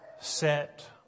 set